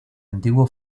antiguo